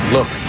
Look